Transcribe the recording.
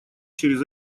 через